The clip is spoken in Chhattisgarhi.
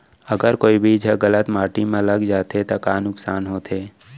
अगर कोई बीज ह गलत माटी म लग जाथे त का नुकसान होथे?